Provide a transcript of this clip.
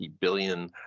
billion